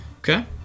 Okay